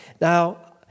Now